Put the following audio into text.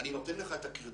אני נותן לך את הקרדיט